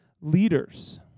leaders